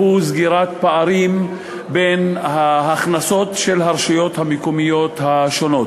והוא סגירת פערים בין ההכנסות של הרשויות המקומיות השונות.